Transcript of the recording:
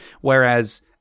whereas